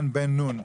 עידן בן נון,